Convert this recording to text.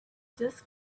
just